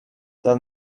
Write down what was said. tell